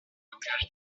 langage